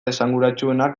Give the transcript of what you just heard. esanguratsuenak